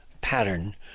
pattern